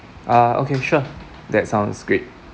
uh okay sure that sounds great